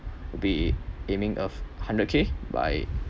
be aiming a hundred K by